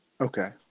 okay